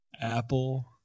Apple